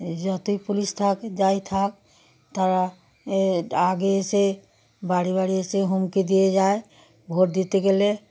যতই পুলিশ থাক যাই থাক তারা আগে এসে বাড়ি বাড়ি এসে হুমকি দিয়ে যায় ভোট দিতে গেলে